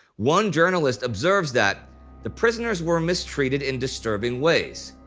one journalist observes that the prisoners were mistreated in disturbing ways,